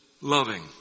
loving